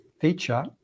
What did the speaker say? feature